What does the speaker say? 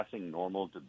normal